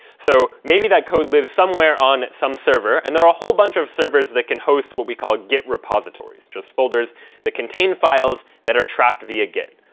so maybe that code lives somewhere on some server, and there are a whole bunch of servers that can host what we call get repositories, just folders that contain files that are tracked via git.